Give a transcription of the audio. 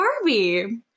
Barbie